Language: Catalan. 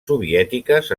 soviètiques